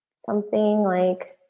something like,